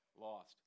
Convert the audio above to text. lost